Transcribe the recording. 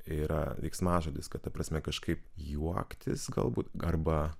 yra veiksmažodis kad ta prasme kažkaip juoktis galbūt arba